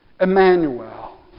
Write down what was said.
Emmanuel